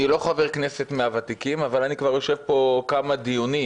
אני לא חבר כנסת מהוותיקים אבל אני כבר יושב פה כמה דיונים,